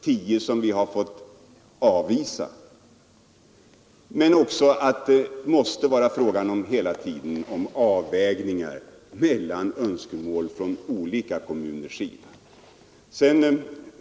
Vi har alltså fått avvisa 10. Men det måste hela tiden vara fråga om avvägningar mellan önskemål från olika kommuners sida.